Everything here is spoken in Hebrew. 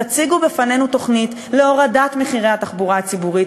תציגו בפנינו תוכנית להורדת מחירי התחבורה הציבורית